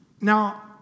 Now